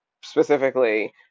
specifically